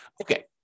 Okay